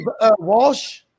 Walsh